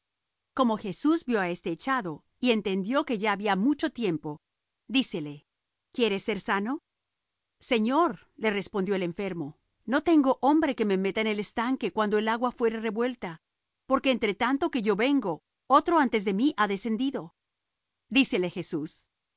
como jesús vió á éste echado y entendió que ya había mucho tiempo dícele quieres ser sano señor le respondió el enfermo no tengo hombre que me meta en el estánque cuando el agua fuere revuelta porque entre tanto que yo vengo otro antes de mí ha descendido dícele jesús